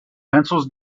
pencils